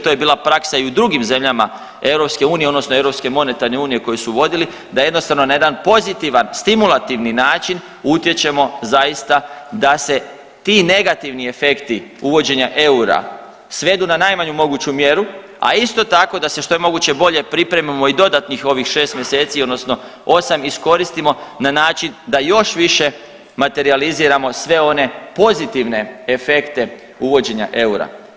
To je bila praksa i u drugim zemlja EU, odnosno europske monetarne unije koju su vodili, da jednostavno na jedan pozitivan, stimulativni način utječemo zaista da se ti negativni efekti uvođenja eura svedu na najmanju moguću mjeru a isto tako da se što je moguće bolje pripremimo i dodatnih ovih 6 mjeseci, odnosno 8 iskoristimo na način da još više materijaliziramo sve one pozitivne efekte uvođenja eura.